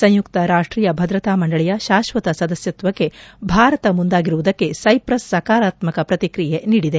ಸಂಯುಕ್ತ ರಾಷ್ಟೀಯ ಭದ್ರತಾ ಮಂಡಳಿಯ ಶಾಶ್ವತ ಸದಸ್ಕತ್ವಕ್ಕೆ ಭಾರತ ಮುಂದಾಗಿರುವುದಕ್ಕೆ ಸೈಪ್ರಸ್ ಸಕಾರಾತ್ಮಕ ಪ್ರತಿಕ್ರಿಯೆ ನೀಡಿದೆ